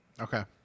Okay